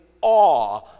awe